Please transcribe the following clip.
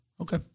Okay